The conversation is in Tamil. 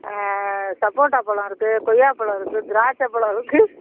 ஆ ஆ சப்போட்டா பழம் இருக்குது கொய்யாப்பழம் இருக்குது திராட்சப்பழம் இருக்குது